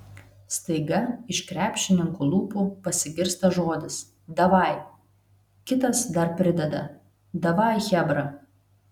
staiga iš krepšininkų lūpų pasigirsta žodis davai kitas dar prideda davai chebra